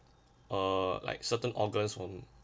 uh like certain organs from